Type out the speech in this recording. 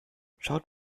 schaut